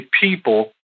people